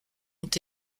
ont